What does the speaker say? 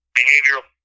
behavioral